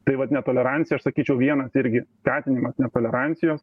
tai vat netolerancija aš sakyčiau vienas irgi skatinimas netolerancijos